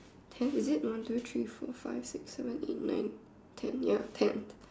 ten is it one two three four five six seven eight nine ten ya ten